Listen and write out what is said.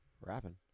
Rapping